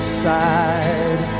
side